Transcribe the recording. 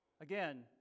again